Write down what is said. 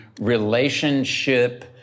relationship